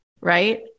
right